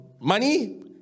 money